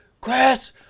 Chris